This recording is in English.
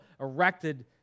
erected